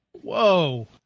whoa